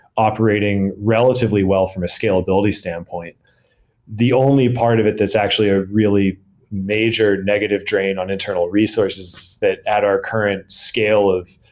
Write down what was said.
operating relatively well from a scalability standpoint the only part of it that's actually a really major negative drain on internal resources that add our current scale of